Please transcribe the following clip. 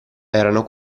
erano